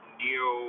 neo